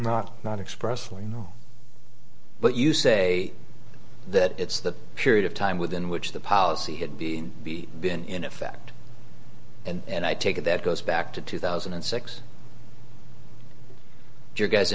not not expressly no but you say that it's the period of time within which the policy had been be been in effect and i take it that goes back to two thousand and six you guys